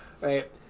Right